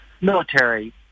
military